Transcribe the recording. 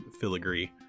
filigree